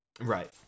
right